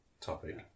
topic